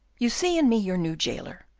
you see in me your new jailer.